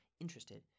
interested